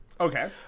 Okay